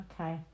okay